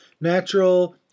natural